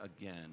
again